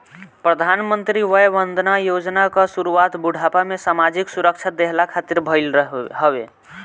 प्रधानमंत्री वय वंदना योजना कअ शुरुआत बुढ़ापा में सामाजिक सुरक्षा देहला खातिर भईल हवे